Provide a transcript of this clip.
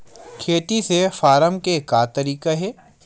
खेती से फारम के का तरीका हे?